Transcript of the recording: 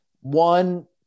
one